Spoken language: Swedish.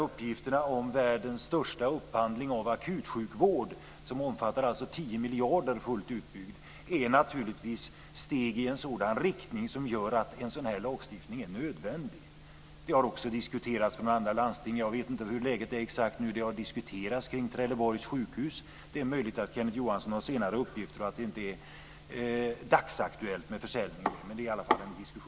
Uppgifterna om världens största upphandling av akutsjukvård, som alltså omfattar 10 miljarder fullt utbyggd, är naturligtvis steg i en sådan riktning som gör att en sådan här lagstiftning är nödvändig. Även andra landsting har diskuterats. Jag vet inte exakt hur läget är nu. Det har diskuterats kring Trelleborgs sjukhus. Det är möjligt att Kenneth Johansson har senare uppgifter och att det inte är dagsaktuellt med försäljning, men det är i alla fall under diskussion.